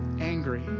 angry